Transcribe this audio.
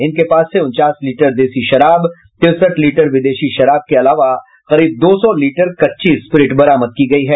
इनके पास से उनचास लीटर देशी शराब तिरसठ लीटर विदेशी शराब के अलावा करीब दो सौ लीटर कच्ची स्प्रिट बरामद की गयी है